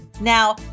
Now